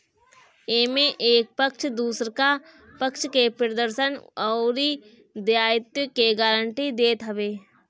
एमे एक पक्ष दुसरका पक्ष के प्रदर्शन अउरी दायित्व के गारंटी देत हवे